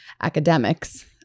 academics